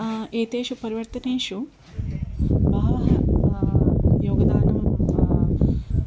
एतेषु परिवर्तनेषु बहवः योगदानं